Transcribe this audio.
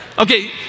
Okay